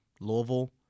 Louisville